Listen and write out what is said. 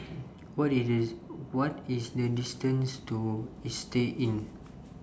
What IS This What IS The distance to Istay Inn